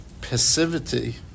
passivity